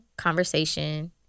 conversation